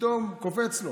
פתאום קופץ לו.